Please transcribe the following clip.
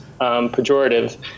pejorative